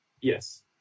Yes